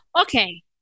Okay